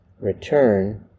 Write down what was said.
return